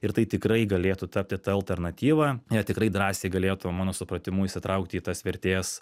ir tai tikrai galėtų tapti ta alternatyva jie tikrai drąsiai galėtų mano supratimu įsitraukti į tas vertės